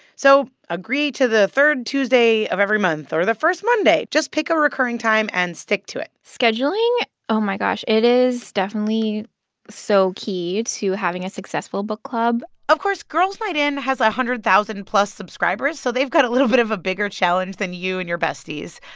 so agree to the third tuesday of every month or the first monday. just pick a recurring time and stick to it scheduling oh, my gosh it is definitely so key to having a successful book club of course, girls' night in has one hundred thousand plus subscribers, so they've got a little bit of a bigger challenge than you and your besties.